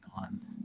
on